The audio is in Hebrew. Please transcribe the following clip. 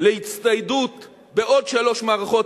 להצטיידות בעוד שלוש מערכות.